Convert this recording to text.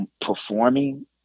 performing